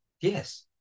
yes